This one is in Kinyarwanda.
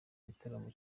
gitaramo